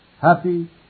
Happy